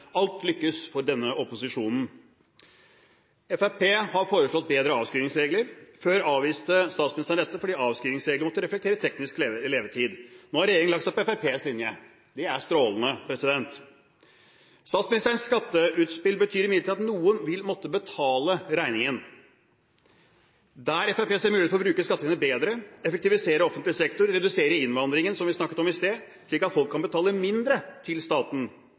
alt lykkes for denne opposisjonen. Fremskrittspartiet har foreslått bedre avskrivningsregler. Før avviste statsministeren dette fordi avskrivningsreglene måtte reflektere teknisk levetid. Nå har regjeringen lagt seg på Fremskrittspartiets linje. Det er strålende. Statsministerens skatteutspill betyr imidlertid at noen vil måtte betale regningen. Der Fremskrittspartiet ser muligheter for å bruke skattepengene bedre, effektivisere offentlig sektor, redusere innvandringen – som vi snakket om i sted – slik at folk kan betale mindre til staten,